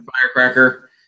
firecracker